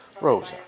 Rosa